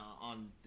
on